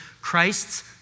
Christ's